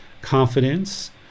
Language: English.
confidence